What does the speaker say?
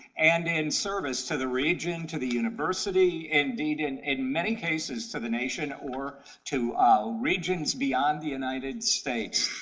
and in service to the region, to the university, and indeed in in many cases to the nation or to regions beyond the united states.